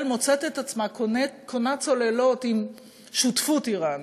מוצאת את עצמה קונה צוללות עם שותפות איראנית,